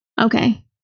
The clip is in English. Okay